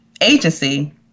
agency